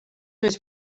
més